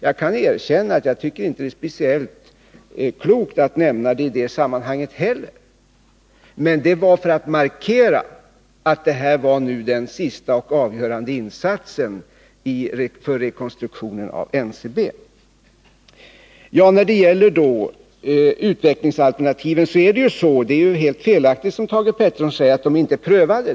Jag kan erkänna att jag inte tycker det var speciellt klokt att nämna det i detta sammanhang heller. Men det var för att markera att detta var den sista och avgörande insatsen för att rekonstruera NCB. Beträffande utvecklingsalternativen är det helt felaktigt, som Thage Peterson säger, att de inte är prövade.